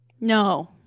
No